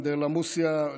אנדרלמוסיה,